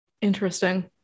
Interesting